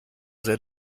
sehr